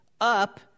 up